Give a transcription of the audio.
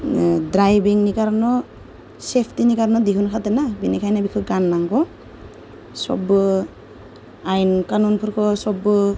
द्राइभिंनि कारनाव सेफ्तिनि कार'नाव दिहुनखादोंना बेनिखायनो बेखौ गाननांगौ सबबो आयेन कानुनफोरखौ बयबो